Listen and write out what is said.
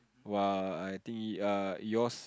!woah! I think err yours